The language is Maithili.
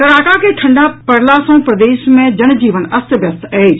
कड़ाका के ठंडा पड़ला सॅ प्रदेश मे जनजीवन अस्त व्यस्त अछि